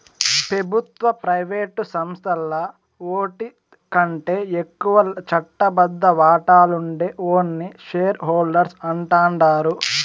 పెబుత్వ, ప్రైవేటు సంస్థల్ల ఓటికంటే ఎక్కువ చట్టబద్ద వాటాలుండే ఓర్ని షేర్ హోల్డర్స్ అంటాండారు